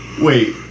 Wait